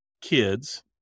kids